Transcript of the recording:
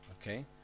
Okay